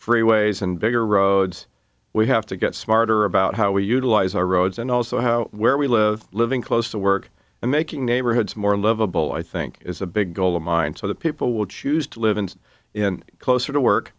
freeways and bigger roads we have to get smarter about how we utilize our roads and also where we live living close to work and making neighborhoods more livable i think is a big goal of mine so that people will choose to live in closer to work